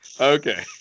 okay